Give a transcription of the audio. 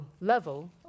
level